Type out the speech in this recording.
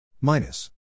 minus